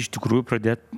iš tikrųjų pradėt